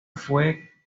fue